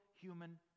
human